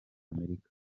amerika